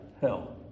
Hell